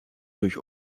durch